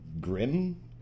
Grim